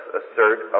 assert